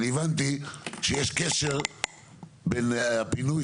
אני הבנתי שיש קשר בין הפינוי,